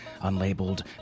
unlabeled